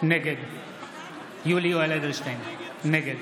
נגד יולי יואל אדלשטיין, נגד